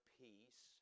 peace